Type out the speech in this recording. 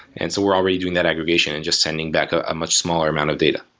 and so we're already doing that aggregation and just sending back a much smaller amount of data.